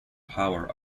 power